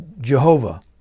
Jehovah